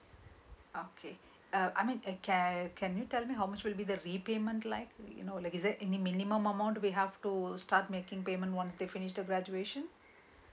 okay uh I mean can uh can you tell me how much will be the lead payment like you know like is there any minimum amount we have to start making payment once they finish the graduation